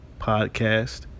podcast